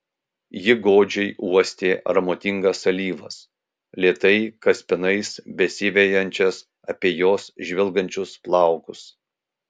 ji godžiai uostė aromatingas alyvas lėtai kaspinais besivejančias apie jos žvilgančius plaukus